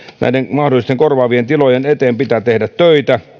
näiden mahdollisten korvaavien tilojen eteen pitää tehdä töitä